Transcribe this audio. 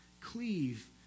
cleave